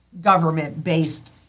government-based